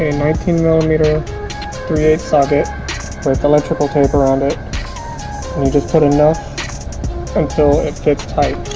nineteen millimeter three eight socket with electrical tape around it just put enough until it fits tight